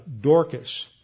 Dorcas